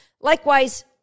Likewise